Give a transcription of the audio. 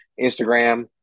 Instagram